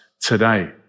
today